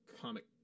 comic